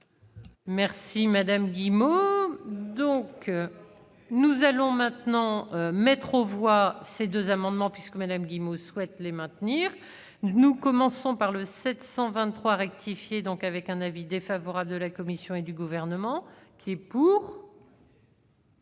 Merci madame Guillemot, donc nous allons maintenant mettre aux voix, ces 2 amendements puisque madame Guillemot souhaite les maintenir, nous commençons par le 723 rectifié, donc avec un avis défavorable de la Commission et du gouvernement qui est pour.